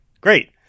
Great